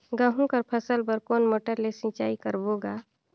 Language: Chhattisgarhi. गहूं कर फसल बर कोन मोटर ले सिंचाई करबो गा?